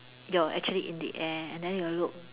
you're actually in the air and then you look